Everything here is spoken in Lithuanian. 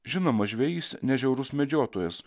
žinoma žvejys ne žiaurus medžiotojas